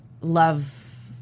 love